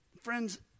friends